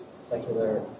secular